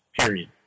period